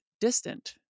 distant